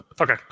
Okay